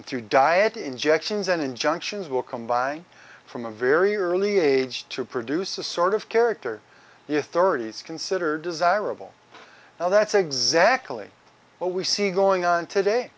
and through diet injections and injunctions will come by from a very early age to produce a sort of character the authorities consider desirable now that's exactly what we see going on today